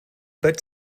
but